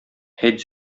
әйт